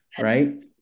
right